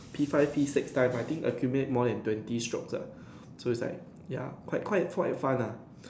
P five P six time I think accumulate more than twenty strokes lah so it's like ya quite quite quite fun lah